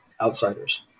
outsiders